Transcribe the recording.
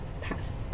Pass